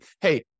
hey